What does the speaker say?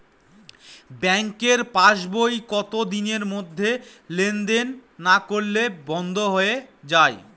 ব্যাঙ্কের পাস বই কত দিনের মধ্যে লেন দেন না করলে বন্ধ হয়ে য়ায়?